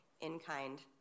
in-kind